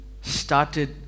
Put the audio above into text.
started